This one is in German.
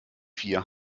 vier